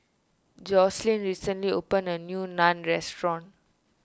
Joselin recently opened a new Naan restaurant